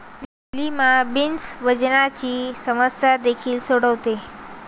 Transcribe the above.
lima beans वजनाची समस्या देखील सोडवते